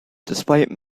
despite